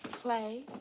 clay.